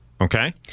Okay